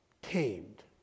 tamed